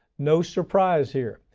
no surprise here.